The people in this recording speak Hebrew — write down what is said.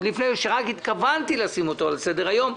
עוד לפני שרק התכוונתי לשים אותו על סדר היום,